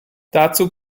dazu